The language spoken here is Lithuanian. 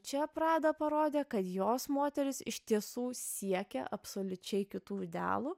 čia prada parodė kad jos moterys iš tiesų siekia absoliučiai kitų idealų